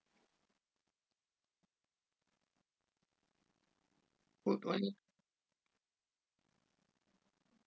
put